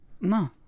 No